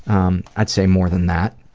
um i'd say more than that.